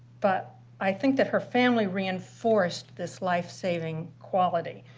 but i think that her family reinforced this lifesaving quality.